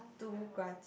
two grass